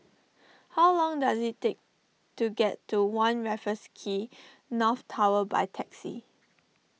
how long does it take to get to one Raffles Quay North Tower by taxi